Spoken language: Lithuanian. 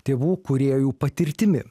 tėvų kūrėjų patirtimi